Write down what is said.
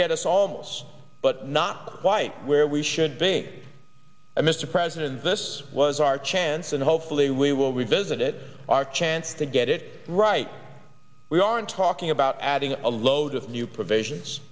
get us all most but not quite where we should be mr president and this was our chance and hopefully we will revisit our chance to get it right we aren't talking about adding a load of new provisions